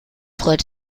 freut